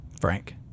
Frank